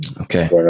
Okay